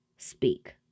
speak